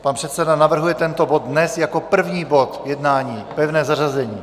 Pan předseda navrhuje tento bod dnes jako první bod jednání, pevné zařazení.